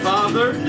Father